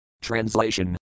Translation